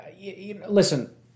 listen